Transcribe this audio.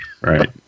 Right